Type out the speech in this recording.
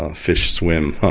ah fish swim, ah